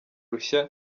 rushya